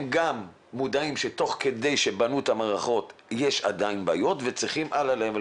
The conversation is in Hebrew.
הם גם מודעים שתוך כדי בניית המערכות יש עדיין בעיות וצריכים לשפר הלאה.